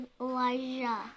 Elijah